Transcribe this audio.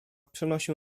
przynosił